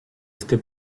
este